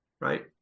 right